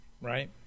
Right